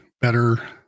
better